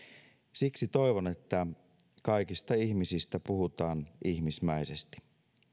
siksi toivon että kaikista ihmisistä puhutaan ihmismäisesti